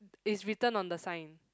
is written on the sign